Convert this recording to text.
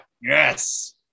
Yes